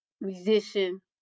musician